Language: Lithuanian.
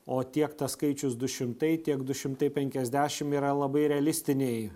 o tiek tas skaičius du šimtai tiek du šimtai penkiasdešim yra labai realistiniai